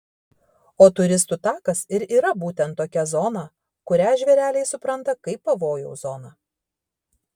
o turistų takas ir yra būtent tokia zona kurią žvėreliai supranta kaip pavojaus zoną